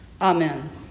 Amen